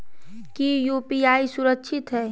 की यू.पी.आई सुरक्षित है?